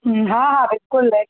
हम्म हा हा बिल्कुलु